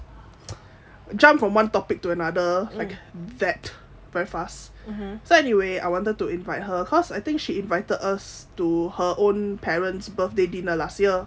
jump from one topic to another like that very fast so anyway I wanted to invite her cause I think she invited us to her own parents birthday dinner last year